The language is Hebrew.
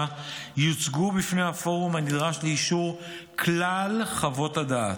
יוצגו בפני הפורום הנדרש לאישור כלל חוות הדעת,